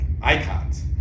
icons